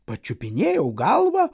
pačiupinėjau galvą